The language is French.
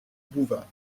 bouvard